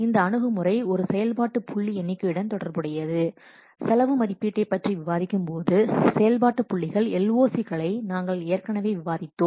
இந்த அணுகுமுறை ஒரு செயல்பாட்டு புள்ளி எண்ணிக்கையுடன் தொடர்புடையது செலவு மதிப்பீட்டைப் பற்றி விவாதிக்கும்போது செயல்பாட்டு புள்ளிகள் LOC களை நாங்கள் ஏற்கனவே விவாதித்தோம்